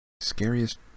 Scariest